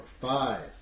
five